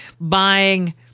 buying